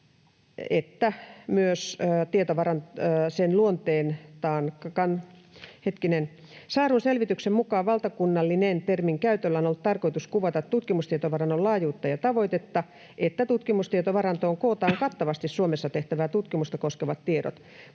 Saadun selvityksen mukaan valtakunnallinen-termin käytöllä on ollut tarkoitus kuvata tutkimustietovarannon laajuutta ja tavoitetta, että tutkimustietovarantoon kootaan kattavasti Suomessa tehtävää tutkimusta koskevat tiedot.